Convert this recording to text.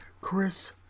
Chris